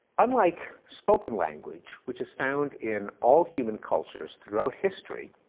unlike spoken language, which is found in all human cultures throughout history,